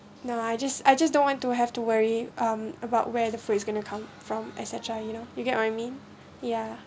no I just I just don't want to have to worry um about where the food gonna come from etcetera you know you get what I mean ya